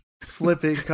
flipping